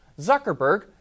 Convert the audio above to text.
Zuckerberg